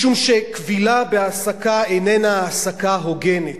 משום שכבילה בהעסקה איננה העסקה הוגנת,